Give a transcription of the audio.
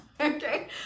Okay